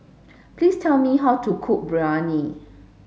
please tell me how to cook Biryani